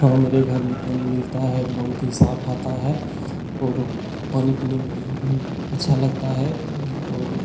हाँ मेरे घर में पानी मिलता है बहुत ही साफ़ आता है और पानी पीने में भी अच्छा लगता है और